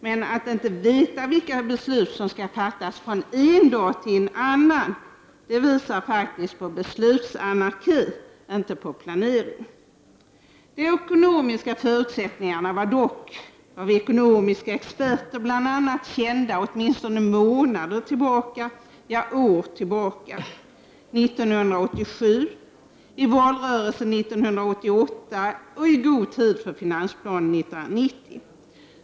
Men att man inte vet vilka beslut som skall fattas från en dag till en annan visar faktiskt på beslutsanarki, inte på planering. De ekonomiska förutsättningarna var dock, bl.a. av ekonomiska experter, kända åtminstone månader, ja år, tillbaka — 1987, i valrörelsen 1988 och i god tid för finansplanen 1990.